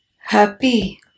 happy